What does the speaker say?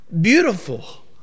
beautiful